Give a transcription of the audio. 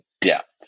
depth